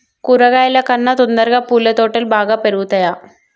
కూరగాయల కన్నా తొందరగా పూల తోటలు బాగా పెరుగుతయా?